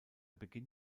beginn